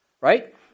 right